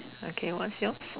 okay what's your